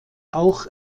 auch